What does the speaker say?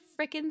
freaking